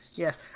Yes